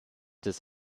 des